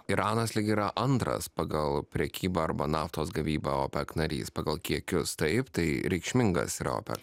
iranas lyg yra antras pagal prekybą arba naftos gavybą opec narys pagal kiekius taip tai reikšmingas yra opec